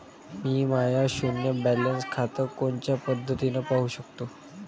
मी माय शुन्य बॅलन्स खातं कोनच्या पद्धतीनं पाहू शकतो?